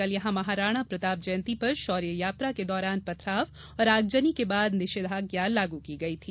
कल यहां महाराणा प्रताप जयंती पर शौर्य यात्रा के दौरान पथराव और आगजनी के बाद निषेधाज्ञा लागू की गयी थी